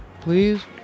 please